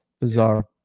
bizarre